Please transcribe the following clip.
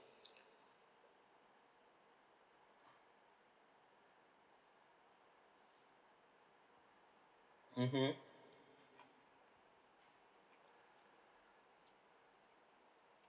mmhmm